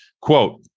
Quote